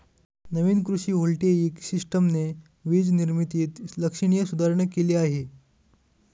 नवीन कृषी व्होल्टेइक सिस्टमने वीज निर्मितीत लक्षणीय सुधारणा केली आहे